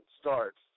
starts